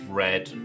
red